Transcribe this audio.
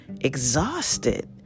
exhausted